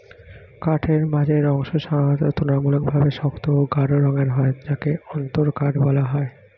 কাঠের মাঝের অংশ সাধারণত তুলনামূলকভাবে শক্ত ও গাঢ় রঙের হয় যাকে অন্তরকাঠ বলা হয়